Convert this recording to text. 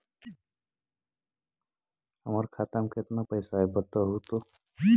हमर खाता में केतना पैसा है बतहू तो?